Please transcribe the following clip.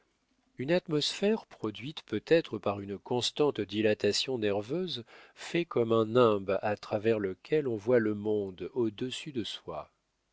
une atmosphère produite peut-être par une constante dilatation nerveuse fait comme un nimbe à travers lequel on voit le monde au-dessous de soi